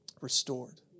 restored